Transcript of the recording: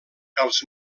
els